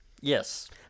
Yes